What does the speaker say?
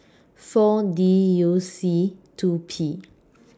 four D U C two P